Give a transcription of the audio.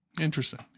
Interesting